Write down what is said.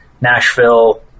Nashville